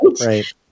Right